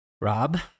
rob